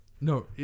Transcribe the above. no